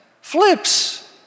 flips